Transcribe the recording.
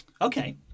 Okay